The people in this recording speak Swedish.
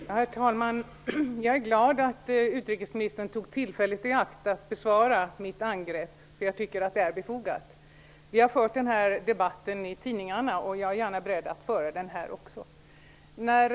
Herr talman! Jag är glad att utrikesministern tog tillfället i akt att besvara mitt angrepp. Jag tycker att det är befogat. Vi har fört denna debatt i tidningarna, och jag är gärna beredd att föra den också här.